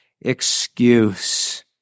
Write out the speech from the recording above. excuse